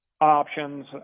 options